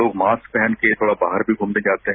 लोग मास्क पहनकर थोड़ा बाहर भी घूमने जाते हैं